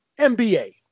mba